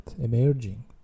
emerging